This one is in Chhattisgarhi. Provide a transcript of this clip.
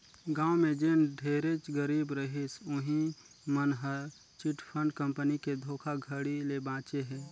गाँव में जेन ढेरेच गरीब रहिस उहीं मन हर चिटफंड कंपनी के धोखाघड़ी ले बाचे हे